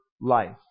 life